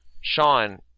Sean